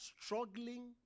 struggling